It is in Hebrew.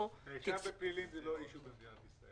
--- נאשם בפלילים זה לא אישיו במדינת ישראל.